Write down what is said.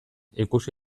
ikusi